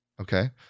Okay